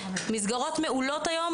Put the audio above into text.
מסגרות מעולות היום